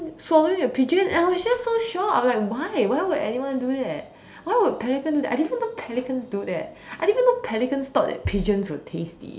swallowing a pigeon and I was just so shock I was like why why would anyone do that why would pelican I didn't even know that pelicans do that I didn't even know pelicans thought that pigeons were tasty